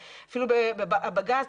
בג"צ,